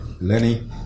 lenny